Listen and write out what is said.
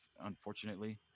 unfortunately